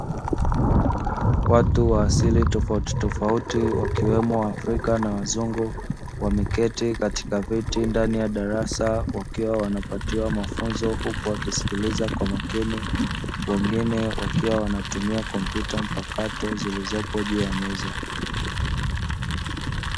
Watu wa asili tofauti tofauti wakiwemo waafrika na wazungu wameketi katika viti ndani ya darasa wakiwa wanapatiwa mafunzo huku wakisikiliza kwa makini wengine wakiwa wanatumia kompyuta mpakato zilizopo juu ya meza.